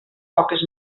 poques